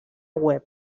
web